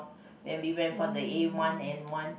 when we went for the A one N one